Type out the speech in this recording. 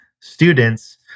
students